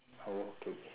oh okay okay